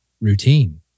routine